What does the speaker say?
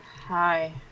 Hi